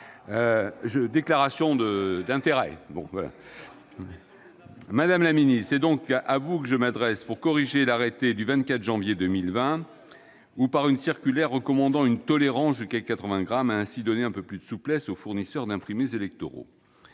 déclaration d'intérêts. Madame la ministre, c'est donc à vous que je m'adresse pour corriger l'arrêté du 24 janvier 2020 ou diffuser une circulaire recommandant une tolérance jusqu'à 80 grammes, afin de donner un peu de souplesse aux fournisseurs d'imprimés électoraux.